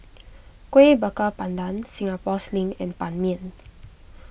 Kuih Bakar Pandan Singapore Sling and Ban Mian